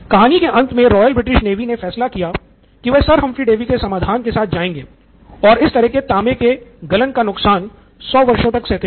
कहानी के अंत में रॉयल ब्रिटिश नेवी ने फैसला किया कि वे सर हम्फ्री डेवी के समाधान के साथ जाएंगे और इस तरह वे तांबे के गलन का नुकसान सौ वर्षों तक सहते रहे